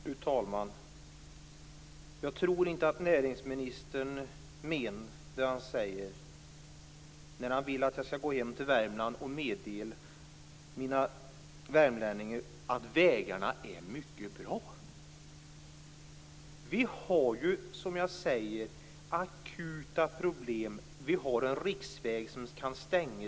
Fru talman! Jag tror inte att näringsministern menar det han säger när han vill att jag skall gå hem till Värmland och meddela värmlänningarna att vägarna är mycket bra. Vi har ju akuta problem. Vi har en riksväg som riskerar att stängas.